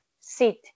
sit